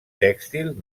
tèxtil